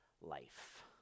life